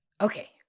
Okay